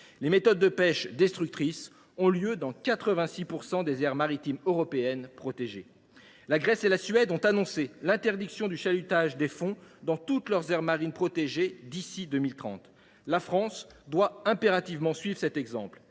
Les méthodes de pêche destructrices ont lieu dans 86 % des aires maritimes européennes protégées. La Grèce et la Suède ont annoncé l’interdiction du chalutage des fonds dans toutes leurs aires marines protégées d’ici à 2030. La France doit impérativement suivre cet exemple.